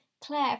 Claire